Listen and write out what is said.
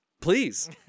Please